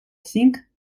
cinc